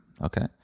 Okay